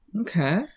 Okay